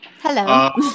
Hello